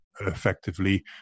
effectively